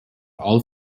all